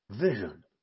vision